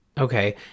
okay